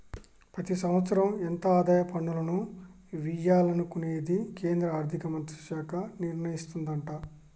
ప్రతి సంవత్సరం ఎంత ఆదాయ పన్నులను వియ్యాలనుకునేది కేంద్రా ఆర్థిక మంత్రిత్వ శాఖ నిర్ణయిస్తదట